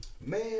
Man